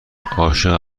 عاشق